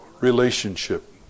relationship